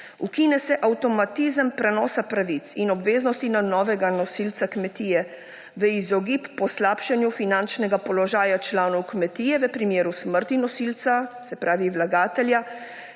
Ukine se avtomatizem prenosa pravic in obveznosti na novega nosilca kmetije. V izogib poslabšanju finančnega položaja članov kmetije v primeru smrti nosilca, se pravi vlagatelja,